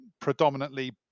predominantly